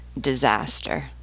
disaster